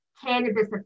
cannabis